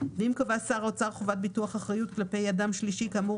ואם קבע שר האוצר חובת ביטוח אחריות כלפי אדם שלישי כאמור